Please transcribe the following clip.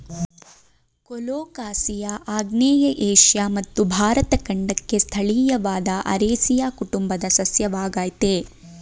colocasia ಆಗ್ನೇಯ Asia ಮತ್ತು ಭಾರತ ಖಂಡಕ್ಕೆ ಸ್ಥಳೀಯವಾದ ಅರೇಸಿಯ ಕುಟುಂಬದ ಸಸ್ಯವಾಗಯ್ತೆ